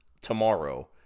tomorrow